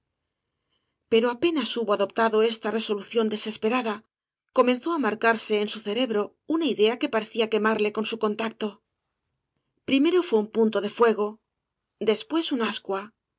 pero apenas hubo adoptado esta resolución desesperada comenzó á marcarse en su cerebro una idea que parecía quemarle con su contacto primero fué un punto de fuego después un ascua